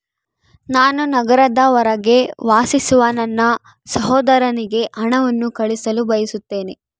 ನಾನು ನಗರದ ಹೊರಗೆ ವಾಸಿಸುವ ನನ್ನ ಸಹೋದರನಿಗೆ ಹಣವನ್ನು ಕಳುಹಿಸಲು ಬಯಸುತ್ತೇನೆ